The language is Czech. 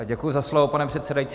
Děkuji za slovo, pane předsedající.